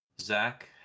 Zach